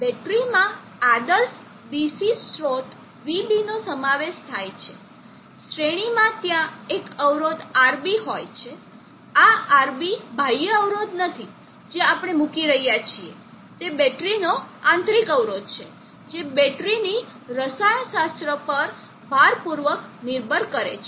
બેટરીમાં આદર્શ ડીસી સ્રોત vB નો સમાવેશ થાય છે શ્રેણીમાં ત્યાં એક અવરોધ RB હોય છે આ RB બાહ્ય અવરોધ નથી જે આપણે મૂકી રહ્યા છીએ તે બેટરીનો આંતરિક અવરોધ છે જે બેટરીની રસાયણશાસ્ત્ર પર ભારપૂર્વક નિર્ભર કરે છે